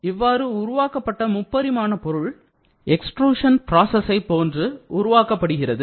இவ்வாறு உருவாக்கப்பட்ட முப்பரிமாண பொருள் எக்ஸ்ட்ருஷன் பிராசஸை போன்று உருவாக்கப்படுகிறது